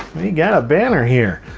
you got a banner here.